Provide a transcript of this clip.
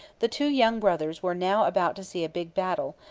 the two young brothers were now about to see a big battle,